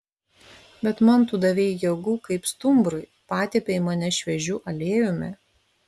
bet man tu davei jėgų kaip stumbrui patepei mane šviežiu aliejumi